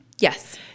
Yes